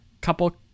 couple